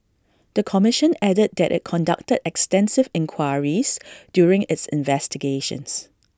the commission added that IT conducted extensive inquiries during its investigations